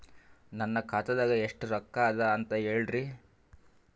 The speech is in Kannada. ನನ್ನ ಖಾತಾದಾಗ ಎಷ್ಟ ರೊಕ್ಕ ಅದ ಅಂತ ಹೇಳರಿ?